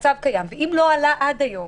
ואם לא עלו עד היום